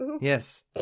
Yes